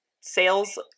sales